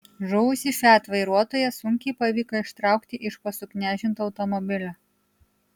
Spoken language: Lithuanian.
žuvusį fiat vairuotoją sunkiai pavyko ištraukti iš po suknežinto automobilio